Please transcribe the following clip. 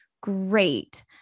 great